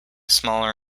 smaller